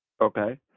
Okay